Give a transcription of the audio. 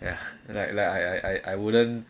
ya like like I I wouldn't